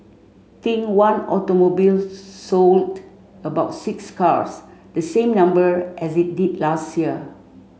think One Automobile sold about six cars the same number as it did last year